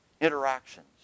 interactions